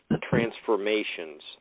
transformations